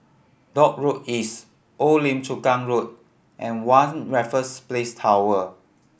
Dock Road East Old Lim Chu Kang Road and One Raffles Place Tower